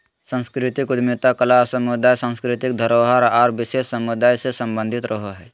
सांस्कृतिक उद्यमिता कला समुदाय, सांस्कृतिक धरोहर आर विशेष समुदाय से सम्बंधित रहो हय